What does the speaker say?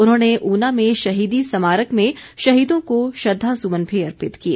उन्होंने ऊना में शहीदी समारक में शहीदों को श्रद्धासमन भी अर्पित किए